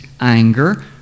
anger